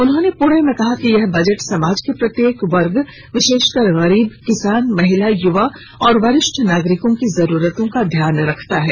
उन्होंने पुणे में कहा कि यह बजट समाज के प्रत्येक वर्ग विशेषकर गरीब किसान महिला युवा और वरिष्ठ नागरिकों की जरूरतों का ध्यान रखता है